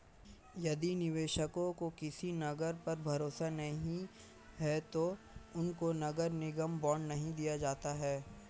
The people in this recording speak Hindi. यदि निवेशकों को किसी नगर पर भरोसा नहीं है तो उनको नगर निगम बॉन्ड नहीं दिया जाता है